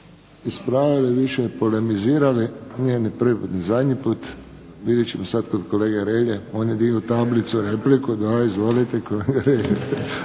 ispravljali, više polemizirali. Nije ni prvi put, ni zadnji put. Vidjet ćemo sad kod kolege Hrelje, on je digao tablicu, repliku. Da, izvolite kolega Hrelja.